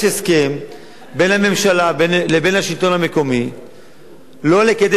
יש הסכם בין הממשלה לבין השלטון המקומי לא לקדם